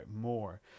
more